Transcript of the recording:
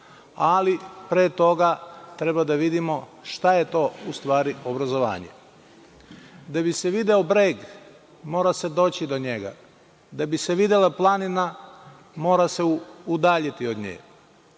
ali pre toga treba da vidimo šta je to u stvari obrazovanje. Da bi se video breg, mora se doći do njega. Da bi se videla planina, mora se udaljiti od nje.